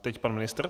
Teď pan ministr.